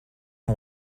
and